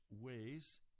ways